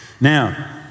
Now